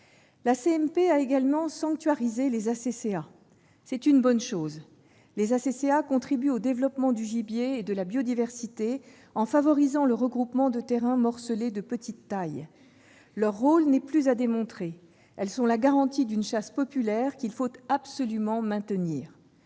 La CMP a également sanctuarisé les ACCA, ce qui est une bonne chose, car celles-ci contribuent au développement du gibier et de la biodiversité, en favorisant le regroupement de terrains morcelés de petite taille. Leur rôle n'est plus à démontrer. Elles sont la garantie d'une chasse populaire qu'il faut absolument maintenir.